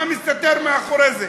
מה מסתתר מאחורי זה?